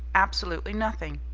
absolutely nothing.